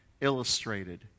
illustrated